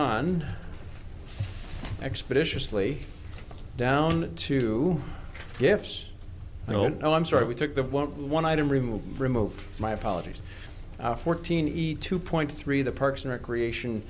on expeditiously down to gifts oh no i'm sorry we took the one item removed removed my apologies fourteen eat two point three the parks and recreation